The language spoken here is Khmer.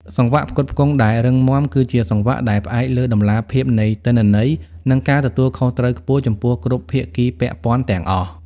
សង្វាក់ផ្គត់ផ្គង់ដែលរឹងមាំ គឺជាសង្វាក់ដែលផ្អែកលើតម្លាភាពនៃទិន្នន័យ និងការទទួលខុសត្រូវខ្ពស់ចំពោះគ្រប់ភាគីពាក់ព័ន្ធទាំងអស់។